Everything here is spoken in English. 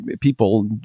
people